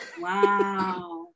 wow